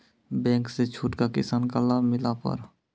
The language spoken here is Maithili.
बैंक से छूट का किसान का लाभ मिला पर?